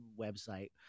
website